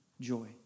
joy